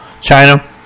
China